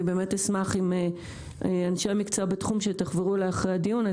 אשמח אם אנשי המקצוע בתחום יחברו אליי אחרי הדיון,